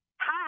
Hi